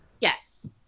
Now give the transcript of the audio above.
Yes